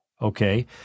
okay